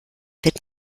wird